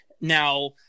Now